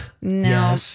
no